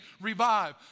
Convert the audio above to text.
revive